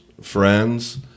friends